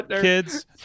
kids